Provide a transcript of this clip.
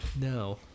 No